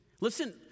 Listen